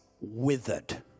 withered